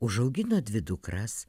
užaugino dvi dukras